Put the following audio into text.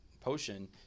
potion